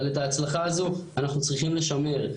אבל את ההצלחה הזו אנחנו צריכים לשמר,